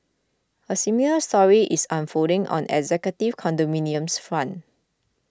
a similar story is unfolding on executive condominiums front